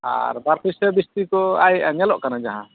ᱟᱨ ᱵᱟᱨ ᱯᱩᱭᱥᱟᱹ ᱵᱤᱥᱛᱤ ᱠᱚ ᱟᱭᱮᱫᱼᱟ ᱧᱮᱞᱚᱜ ᱠᱟᱱᱟ ᱡᱟᱦᱟᱸ